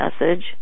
message